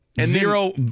zero